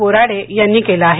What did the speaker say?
बोराडे यांनी केलं आहे